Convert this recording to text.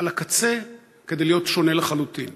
על הקצה כדי להיות שונה לחלוטין.